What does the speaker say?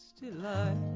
delight